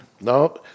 No